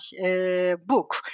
book